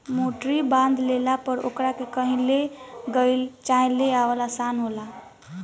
मोटरी बांध लेला पर ओकरा के कही ले गईल चाहे ले आवल आसान होला